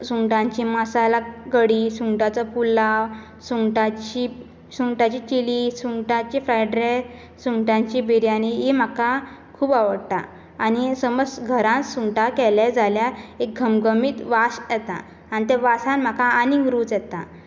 सुंगटांची मासाला कडी सुंगटाचो पुलाव सुंगटाची सुंगटाची चिली सुंगटाचे फ्रायड रायस सुंगटाची बिरयानी ई म्हाका खूब आवडटा आनी समस घरां सुंगटां केले जाल्यार एक घमघमीत वास येता आनी त्या वासान म्हाका आनीक रूच येता